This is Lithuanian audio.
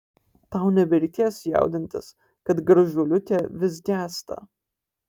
tau nebereikės jaudintis kad gražuoliuke vis gęsta